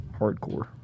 hardcore